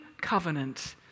covenant